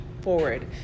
forward